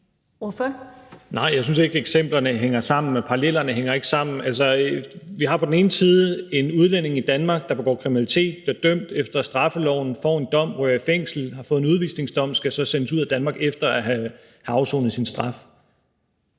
(S): Nej, jeg synes ikke, at eksemplerne hænger sammen; parallellerne hænger ikke sammen. Vi har på den ene side en udlænding i Danmark, der begår kriminalitet og bliver dømt efter straffeloven, får en dom og ryger i fængsel, har fået en udvisningsdom og så skal sendes ud af Danmark efter at have afsonet sin straf.